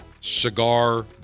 Cigar